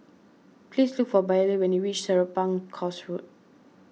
please look for Billye when you reach Serapong Course Road